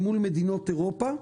למול מדינות אירופה,